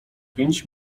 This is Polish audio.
pięć